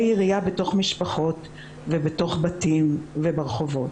ירייה בתוך משפחות ובתוך בתים וברחובות.